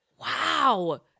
Wow